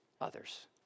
others